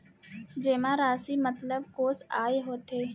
जेमा राशि मतलब कोस आय होथे?